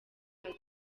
aza